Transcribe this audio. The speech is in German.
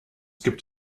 gibt